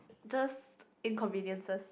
just inconveniences